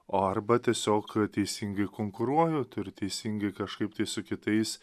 o arba tiesiog teisingai konkuruoju turi teisingai kažkaip tai su kitais